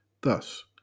Thus